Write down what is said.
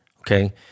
okay